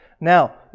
Now